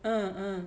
uh uh